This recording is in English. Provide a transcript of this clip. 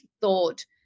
thought